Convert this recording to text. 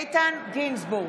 איתן גינזבורג,